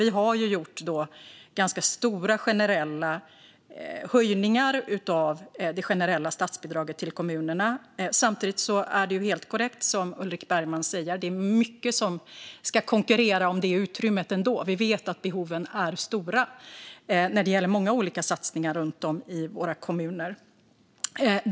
Vi har alltså gjort ganska stora höjningar av det generella statsbidraget till kommunerna. Samtidigt är det helt korrekt som Ulrik Bergman säger att det är mycket som ska konkurrera om det utrymmet. Vi vet att behoven är stora när det gäller många olika satsningar runt om i våra kommuner.